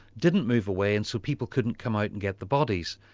didn't move away and so people couldn't come out and get the bodies.